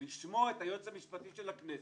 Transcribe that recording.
לשמוע את היועץ המשפטי של הכנסת,